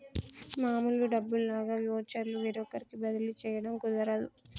మామూలు డబ్బుల్లాగా వోచర్లు వేరొకరికి బదిలీ చేయడం కుదరదు